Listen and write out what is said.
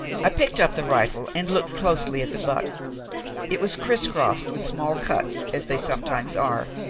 i picked up the rifle, and looked closely at the butt it was criss-crossed with small cuts, as they sometimes are,